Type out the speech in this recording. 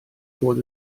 bod